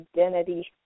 identity